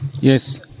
Yes